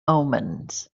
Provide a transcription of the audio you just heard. omens